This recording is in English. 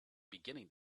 beginning